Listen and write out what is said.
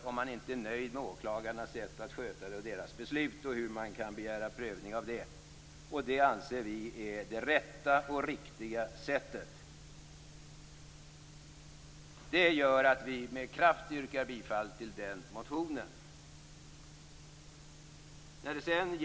Om man inte är nöjd med åklagarens beslut kan man begära prövning av det. Det anser vi vara det rätta och riktiga sättet. Det gör att vi med kraft yrkar bifall till den motionen.